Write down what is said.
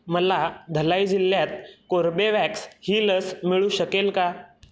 मला धलाई जिल्ह्यात कोर्बेवॅक्स ही लस मिळू शकेल का